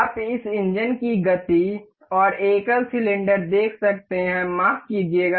आप इस इंजन की गति और एकल सिलेंडर देख सकते हैं माफ़ कीजियेगा